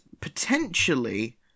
potentially